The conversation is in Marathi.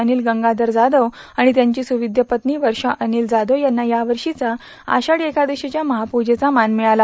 अनिल गंगाधर जाधव आणि त्यांची सुविद्य पत्नी श्रीमती वर्षा अनिल जाधव यांना यावर्षीचा आपादी एकादशीच्या महापजेचा मान मिळाला